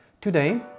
Today